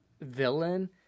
villain